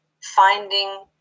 finding